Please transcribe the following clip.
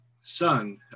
son